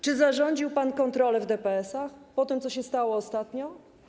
Czy zarządził pan kontrolę w DPS-ach po tym, co się stało ostatnio?